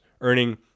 earning